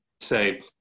say